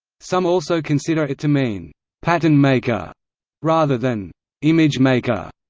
some also consider it to mean pattern maker rather than image maker,